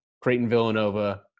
Creighton-Villanova